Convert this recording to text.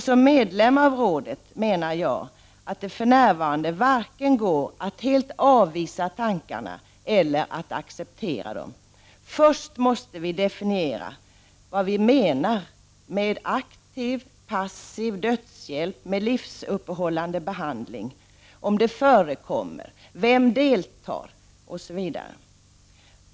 Som medlem av rådet menar jag att det för närvarande inte går att vare sig helt avvisa tankarna eller acceptera dem — först måste man definiera vad man menar med bl.a. aktiv och passiv dödshjälp och livsuppehållande behandling, om detta förekommer och vilka som deltar osv.